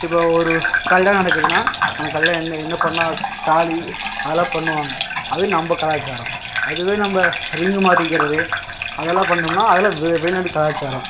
இப்போ ஒரு கல்யாணம் நடக்குதுதுனா அங்கே கல்ல என்ன என்ன பண்ணிணா தாலி அதெலான் பண்ணுவாங்க அது நம்ப கலாச்சாரம் அதுவே நம்ப ரிங்கு மாற்றிக்கறது அதெலாம் பண்ணம்னால் அதெலாம் வெளிநாடு கலாச்சாரம்